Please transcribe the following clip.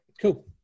cool